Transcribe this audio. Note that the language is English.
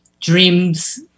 dreams